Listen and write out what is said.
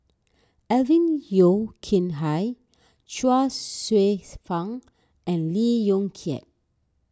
Alvin Yeo Khirn Hai Chuang Hsueh Fang and Lee Yong Kiat